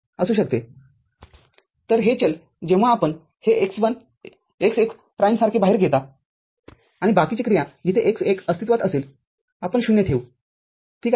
तर हे चल जेव्हा आपण हे x१ प्राइम सारखे बाहेर घेता आणि बाकीची क्रियाजिथे x१ अस्तित्वात असेल आपण ० ठेवू ठीक आहे